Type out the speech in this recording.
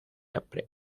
hambre